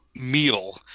Meal